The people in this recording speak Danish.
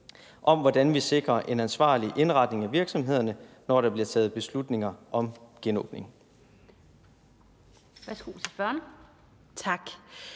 om, hvordan vi sikrer en ansvarlig indretning af virksomhederne, når der bliver taget beslutninger om genåbning.